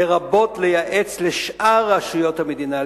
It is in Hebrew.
לרבות ייעוץ לשאר רשויות המדינה,